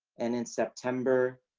and and september.